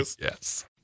Yes